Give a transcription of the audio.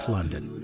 London